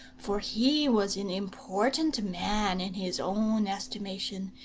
for he was an important man in his own estimation,